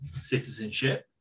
citizenship